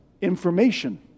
information